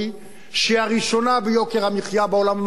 ושהיא הראשונה ביוקר המחיה בעולם המערבי,